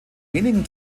wenigen